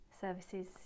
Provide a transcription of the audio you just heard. services